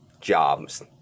jobs